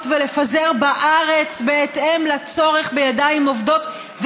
ולפזר בארץ בהתאם לצורך בידיים עובדות,